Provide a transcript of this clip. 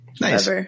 Nice